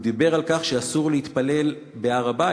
הוא דיבר על כך שאסור להתפלל בהר-הבית,